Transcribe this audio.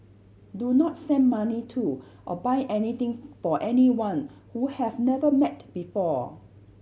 do not send money to or buy anything for anyone who have never met before